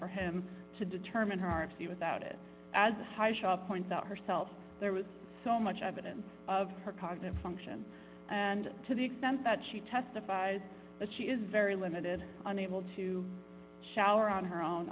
for him to determine her if you without it as a hotshot points out herself there was so much evidence of her cognitive function and to the extent that she testified that she is very limited unable to shower on her own